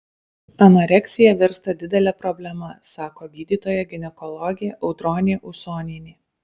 anoreksija virsta didele problema sako gydytoja ginekologė audronė usonienė